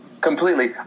Completely